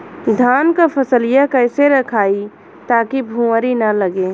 धान क फसलिया कईसे रखाई ताकि भुवरी न लगे?